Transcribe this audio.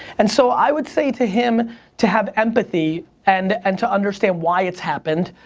and so i would say to him to have empathy and and to understand why it's happened.